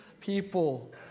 people